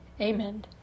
Amen